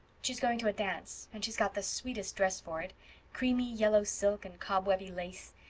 she's going to a dance, and she's got the sweetest dress for it creamy yellow silk and cobwebby lace.